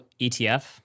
ETF